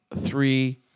three